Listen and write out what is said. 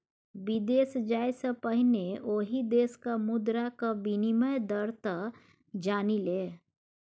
विदेश जाय सँ पहिने ओहि देशक मुद्राक विनिमय दर तँ जानि ले